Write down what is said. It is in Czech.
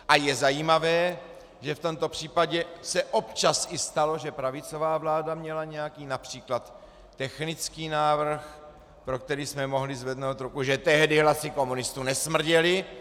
A je zajímavé, že v tomto případě se občas i stalo, že pravicová vláda měla nějaký např. technický návrh, pro který jsme mohli zvednout ruku, že tehdy hlasy komunistů nesmrděly!